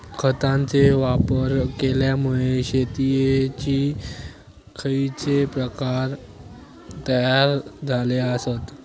खतांचे वापर केल्यामुळे शेतीयेचे खैचे प्रकार तयार झाले आसत?